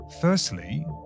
Firstly